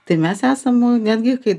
tai mes esam netgi kai